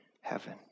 heaven